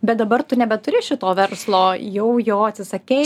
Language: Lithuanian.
bet dabar tu nebeturi šito verslo jau jo atsisakei